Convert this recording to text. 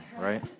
right